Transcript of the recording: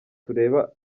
tureba